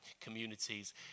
communities